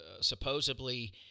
supposedly